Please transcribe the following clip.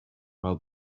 while